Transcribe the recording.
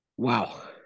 Wow